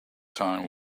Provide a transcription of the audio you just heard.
time